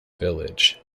village